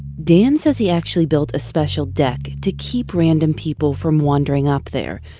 dan says he actually built a special deck to keep random people from wandering up there.